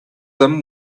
them